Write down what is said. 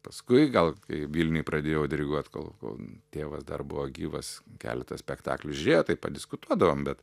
paskui gal kai vilniuj pradėjau diriguot kol kol tėvas dar buvo gyvas keletą spektaklių žiūrėjo tai padiskutuodavom bet